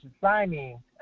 signing